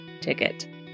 ticket